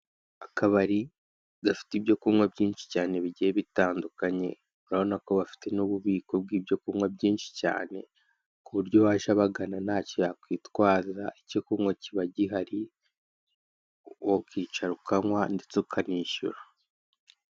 Akabari gafite ibyo kunywa byinshi cyane bigiye bitandukanye, urabona ko bafite n'ububiko bw'ibyo kunywa byinshi cyane, ku buryo uwaje abagana ntacyo yakwitwaza icyo kunywa kiba gihari, wakicara ukanywa ndetse ukanishyura.